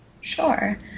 Sure